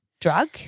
drug